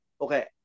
okay